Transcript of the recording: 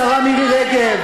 השרה מירי רגב.